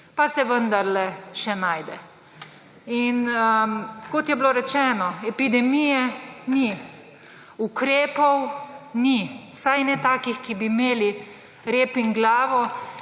Pa se vendarle še najde. In kot je bilo rečeno, epidemije ni. Ukrepov ni. Vsaj ne takih, ki bi imeli rep in glavo